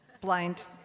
blind